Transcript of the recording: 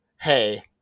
hey